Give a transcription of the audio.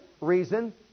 reason